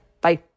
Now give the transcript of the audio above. Bye